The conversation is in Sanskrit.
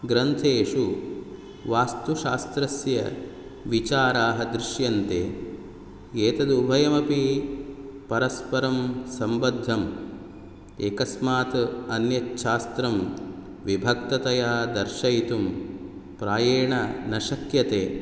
ग्रन्थेषु वास्तुशास्त्रस्य विचाराः दृश्यन्ते एतदुपभयमपि परस्परं सम्बद्धम् एकस्मात् अन्यत् शास्त्रं विभक्ततया दर्शयितुं प्रायेण न शक्यते